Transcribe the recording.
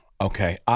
Okay